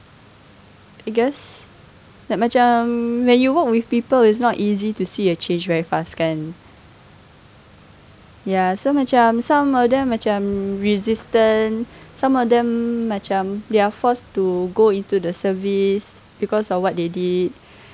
I guess like macam when you work with people it's not easy to see a change very fast kan ya so macam some of them macam resistant some of them macam they are forced to go into the service because of what they they did are like